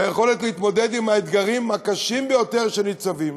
והיכולת להתמודד עם האתגרים הקשים ביותר שניצבים,